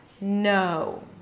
No